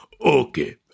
okay